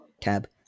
tab